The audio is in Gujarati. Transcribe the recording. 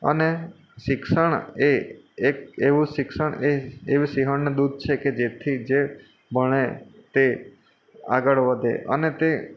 અને શિક્ષણ એ એક એવું શિક્ષણ એ એવી સિંહણનું દૂધ છે જેથી જે ભણે તે આગળ વધે અને તે